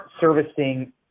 servicing